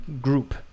group